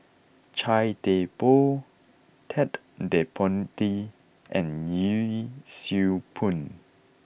Chia Thye Poh Ted De Ponti and Yee Siew Pun